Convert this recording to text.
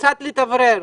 קצת להתאוורר,